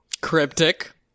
Cryptic